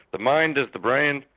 the mind is the brain,